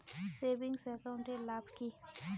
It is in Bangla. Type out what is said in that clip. সেভিংস একাউন্ট এর কি লাভ?